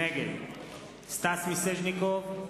נגד סטס מיסז'ניקוב,